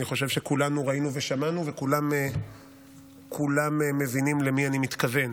אני חושב שכולנו ראינו ושמענו וכולם מבינים למי אני מתכוון,